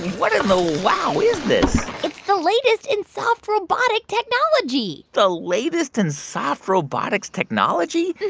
what in the wow is this? it's the latest in soft robotic technology the latest in soft robotic technology?